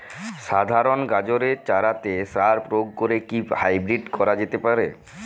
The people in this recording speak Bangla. সাধারণ গাজরের চারাতে সার প্রয়োগ করে কি হাইব্রীড করা যেতে পারে?